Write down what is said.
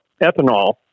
ethanol